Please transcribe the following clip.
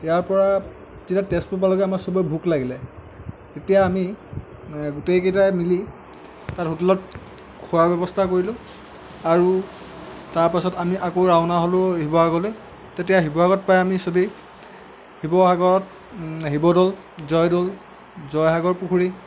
ইয়াৰপৰা যেতিয়া তেজপুৰ পালোঁগৈ আমাৰ চবৰে ভোক লাগিলে তেতিয়া আমি গোটেইকেইটাই মিলি তাত হোটেলত খোৱাৰ ব্যৱস্থা কৰিলোঁ আৰু তাৰপাছত আমি আকৌ ৰাওনা হ'লোঁ শিৱসাগৰলৈ তেতিয়া শিৱসাগৰত পাই আমি চবেই শিৱসাগৰত শিৱদৌল জয়দৌল জয়সাগৰ পুখুৰী